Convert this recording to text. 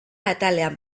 atalean